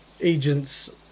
agents